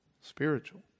spiritual